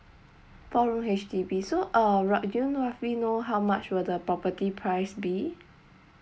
four room H_D_B so uh rou~ do you know roughly know how much will the property price be